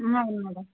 అవును మేడమ్